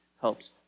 helps